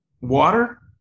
water